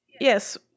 Yes